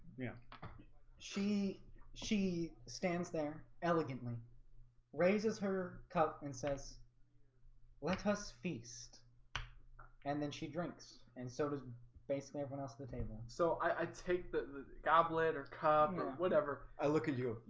yeah she she stands there elegantly raises her cup and says let us feast and then she drinks and so does basically everyone else at the table so i take the goblet or come whatever i look at you.